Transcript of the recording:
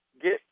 get